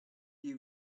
you